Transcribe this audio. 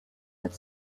had